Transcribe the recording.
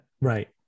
Right